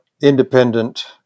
independent